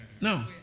No